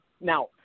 Now